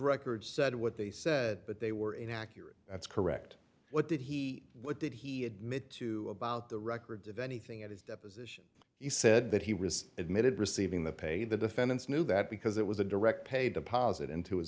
records said what they said but they were inaccurate that's correct what did he what did he admit to about the records of anything at his deposition he said that he was admitted receiving the pay the defendants knew that because it was a direct pay deposit into his